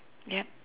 yup